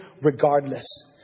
regardless